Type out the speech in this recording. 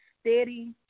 steady